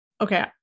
Okay